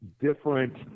different